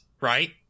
right